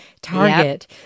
target